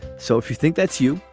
so if you think that's you.